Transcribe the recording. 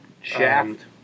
Shaft